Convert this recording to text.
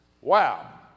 wow